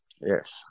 Yes